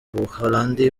buholandi